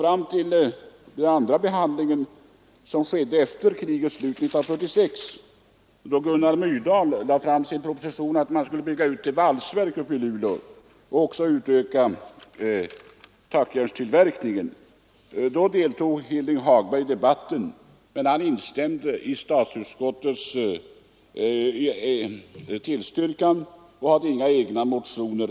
Vid riksdagsbehandlingen år 1946, då Gunnar Myrdal lade fram ett förslag om att bygga ett valsverk i Luleå och utöka tackjärnstillverkningen, deltog Hilding Hagberg i debatten, men han instämde i statsutskottets förslag och hade inga egna motioner.